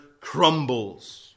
crumbles